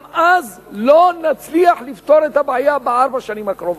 גם אז לא נצליח לפתור את הבעיה בארבע השנים הקרובות.